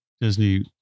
Disney